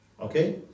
Okay